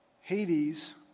Hades